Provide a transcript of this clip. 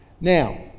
Now